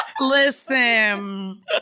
Listen